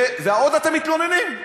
ועוד אתם מתלוננים?